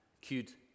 cute